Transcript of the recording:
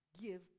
give